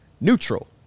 neutral